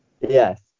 yes